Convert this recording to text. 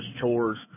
chores